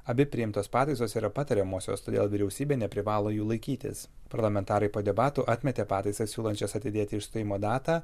abi priimtos pataisos yra patariamosios todėl vyriausybė neprivalo jų laikytis parlamentarai po debatų atmetė pataisas siūlančias atidėti išstojimo datą